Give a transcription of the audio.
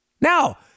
Now